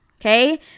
okay